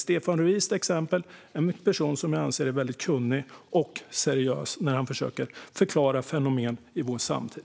Joakim Ruist arbetar kunnigt och seriöst för att försöka förklara fenomen i vår samtid.